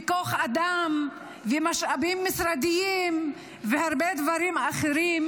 כוח אדם ומשאבים משרדיים והרבה דברים אחרים,